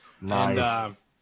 Nice